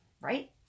right